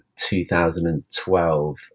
2012